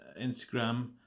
Instagram